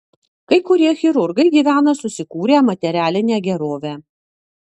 kai kurie chirurgai gyvena susikūrę materialinę gerovę